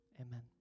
amen